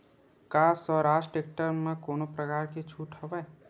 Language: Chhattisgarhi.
का स्वराज टेक्टर म कोनो प्रकार के छूट हवय?